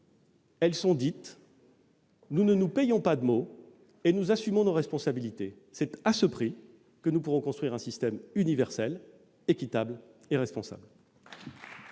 et annoncées, nous ne nous payons pas de mots et nous assumons nos responsabilités. C'est à ce prix que nous pourrons construire un système universel équitable et responsable.